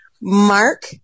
Mark